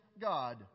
God